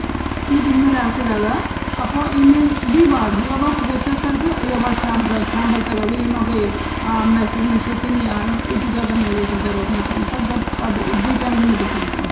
दिन माँ ज्यादा से ज्याद अपह ईमेल द्वे बार यो बार दिन माँ और स्याम वक्त अगर क्वी मैसेज मुसेज तोह नई आई ज्यादा मी जरुरत नई पड़ती पर द्वे टएम् तोह में देखन हे पड़दु